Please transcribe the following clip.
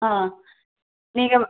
ஆ நீங்கள்